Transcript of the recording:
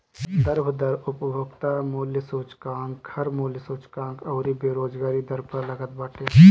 संदर्भ दर उपभोक्ता मूल्य सूचकांक, घर मूल्य सूचकांक अउरी बेरोजगारी दर पअ लागत बाटे